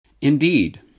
Indeed